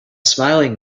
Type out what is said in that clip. smiling